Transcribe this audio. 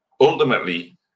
ultimately